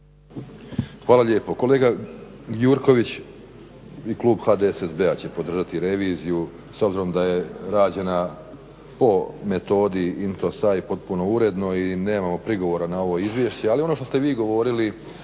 Hvala lijepo. Kolega Gjurković i klub HDSSB-a će podržati reviziju s obzirom da je rađena po metodi INTOSAI potpuno uredno i nemamo prigovora na ovo izvješće, ali ono što ste vi govorili